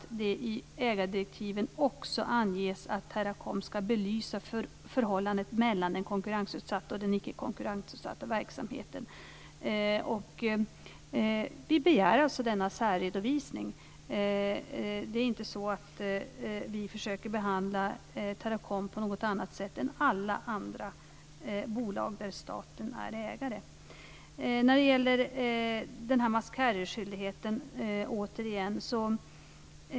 I ägardirektivet anges också att Teracom ska belysa förhållandet mellan den konkurrensutsatta och den icke konkurrensutsatta verksamheten. Vi begär alltså denna särredovisning. Det är inte så att vi försöker behandla Teracom på något annat sätt än alla andra bolag där staten är ägare.